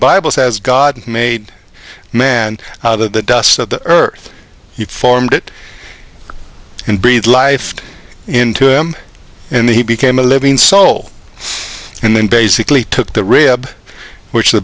bible says god made man out of the dust of the earth he farmed it and breathed life into him and he became a living soul and then basically took the rib which the